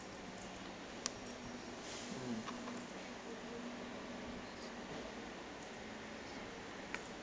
mm